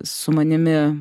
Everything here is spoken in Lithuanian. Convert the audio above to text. su manimi